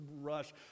rush